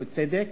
ובצדק,